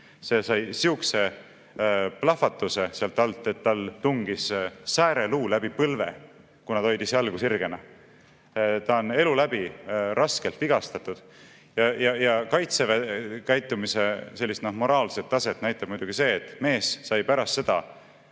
see sai sihukese plahvatuse sealt alt, et tal tungis sääreluu läbi põlve, kuna ta hoidis jalgu sirgena. Ta on kogu eluks raskelt vigastatud. Ja Kaitseväe käitumise moraalset taset näitab muidugi see, et mees sai pärast seda